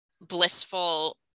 blissful